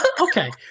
Okay